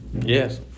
Yes